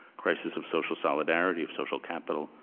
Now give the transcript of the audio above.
crisis of social solidarity, of social capital,